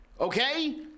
Okay